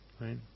right